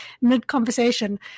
mid-conversation